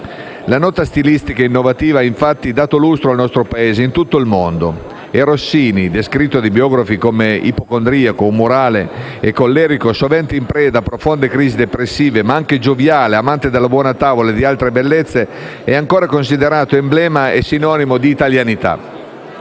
La nota stilistica innovativa ha infatti dato lustro al nostro Paese in tutto il mondo e Rossini - descritto dai biografi come ipocondriaco, umorale e collerico, sovente in preda a profonde crisi depressive, ma anche gioviale, amante della buona tavola e di altre bellezze - è ancora considerato emblema e sinonimo di italianità.